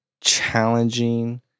challenging